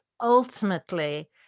ultimately